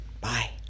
Bye